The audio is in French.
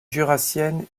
jurassienne